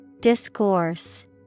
Discourse